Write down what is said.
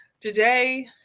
today